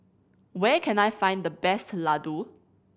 where can I find the best laddu